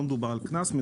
לא מדובר בקנס אלא